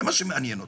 זה מה שמעניין אותו.